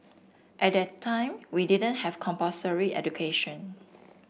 at that time we didn't have compulsory education